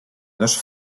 dos